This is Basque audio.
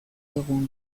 egun